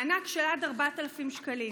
מענק של עד 4,000 שקלים.